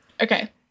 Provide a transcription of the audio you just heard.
Okay